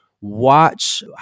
Watch